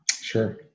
Sure